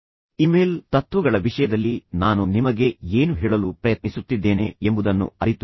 email ತತ್ವಗಳ ವಿಷಯದಲ್ಲಿ ನಾನು ನಿಮಗೆ ಏನು ಹೇಳಲು ಪ್ರಯತ್ನಿಸುತ್ತಿದ್ದೇನೆ ಎಂಬುದನ್ನು ಅರಿತುಕೊಳ್ಳಿ